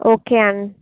okay on